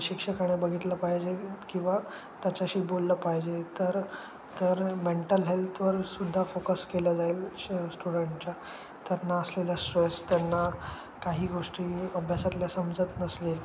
शिक्षकाने बघितलं पाहिजे किंवा त्याच्याशी बोललं पाहिजे तर तर मेंटल हेल्थवरसुद्धा फोकस केलं जाईल श स्टुडंटच्या त्यांना असलेल्या स्ट्रेस त्यांना काही गोष्टी अभ्यासातल्या समजत नसले